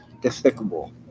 despicable